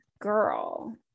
girl